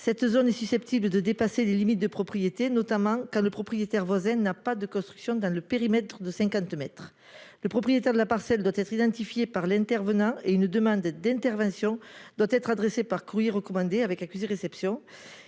Cette zone est susceptible de dépasser les limites de propriétés notamment quand le propriétaire voisin n'a pas de construction dans le périmètre de 50 mètres. Le propriétaire de la parcelle doit être identifié par l'intervenant et une demande d'intervention doit être adressé par courrier recommandé avec accusé réception.